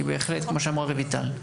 כי כמו שאמרה רויטל,